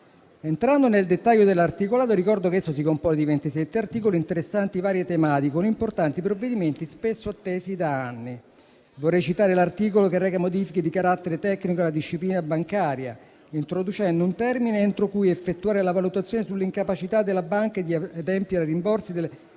Entrando nel dettaglio dell'articolato, ricordo che esso si compone di 27 articoli interessanti varie tematiche, con importanti provvedimenti spesso attesi da anni. Vorrei citare l'articolo che reca modifiche di carattere tecnico alla disciplina bancaria, introducendo un termine entro cui effettuare la valutazione sull'incapacità della banca di adempiere ai rimborsi dei